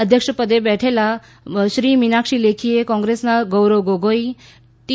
અધ્યક્ષપદે બેઠેલા સુશ્રી મીનાક્ષી લેખીએ કોંગ્રેસના ગૌરવ ગોગોઇ ટી